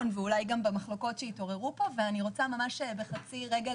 ואולי במחלוקות שיתעוררו פה ואני רוצה בחצי רגל